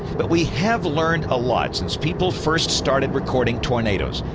but we have learned a lot since people first started recording tornadoes,